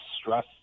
stress